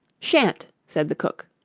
shan't, said the cook.